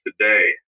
today